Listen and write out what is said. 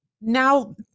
now